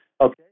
okay